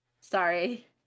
Sorry